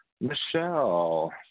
Michelle